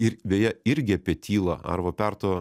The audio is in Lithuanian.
ir beje irgi apie tylą arvo perto